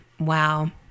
Wow